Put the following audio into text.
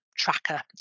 tracker